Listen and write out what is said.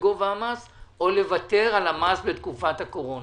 בגובה המס או לוותר על המס בתקופת הקורונה.